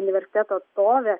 universiteto atstovė